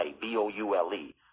B-O-U-L-E